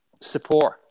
support